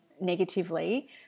negatively